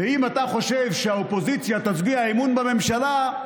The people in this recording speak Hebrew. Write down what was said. ואם אתה חושב שהאופוזיציה תצביע אמון בממשלה,